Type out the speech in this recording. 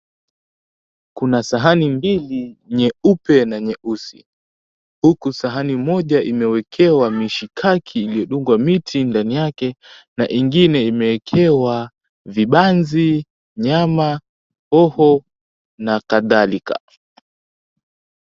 Kuna sahani mbili nyeupe na nyeusi huku sahani moja imewekewa mishkaki iliyodungwa miti ndani yake, na ingine imewekewa vibanzi, nyama, hoho na kadhalika.